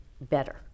better